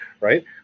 right